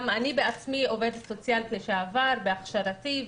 גם אני עצמי עובדת סוציאלית לשעבר בהכשרתי,